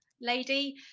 lady